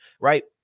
right